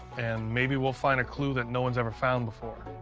and maybe we'll find a clue that no one's ever found before.